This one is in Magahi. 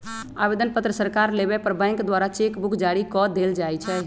आवेदन पत्र सकार लेबय पर बैंक द्वारा चेक बुक जारी कऽ देल जाइ छइ